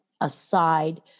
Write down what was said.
aside